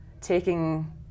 taking